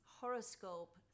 horoscope